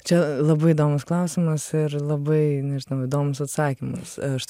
čia labai įdomus klausimas ir labai nežinau įdomus atsakymas aš